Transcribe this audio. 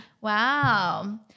wow